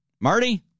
Marty